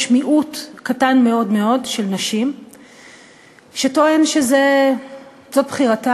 יש מיעוט קטן מאוד מאוד של נשים שטוענות שזאת בחירתן,